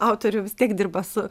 autorių vis tiek dirba su